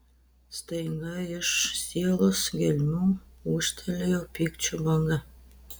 staiga iš sielos gelmių ūžtelėjo pykčio banga